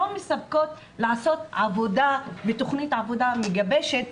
מספיקות לעשות עבודה ותכנית עבודה מגובשת,